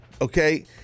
Okay